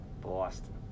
Boston